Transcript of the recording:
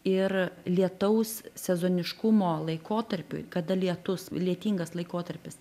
ir lietaus sezoniškumo laikotarpiui kada lietus lietingas laikotarpis